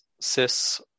cis